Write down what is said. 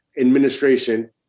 administration